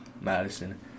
Madison